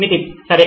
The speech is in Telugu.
నితిన్ సరే